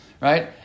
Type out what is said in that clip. right